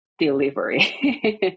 delivery